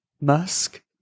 Musk